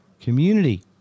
Community